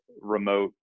remote